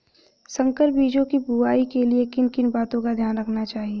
संकर बीजों की बुआई के लिए किन किन बातों का ध्यान रखना चाहिए?